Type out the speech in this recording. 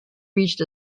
reached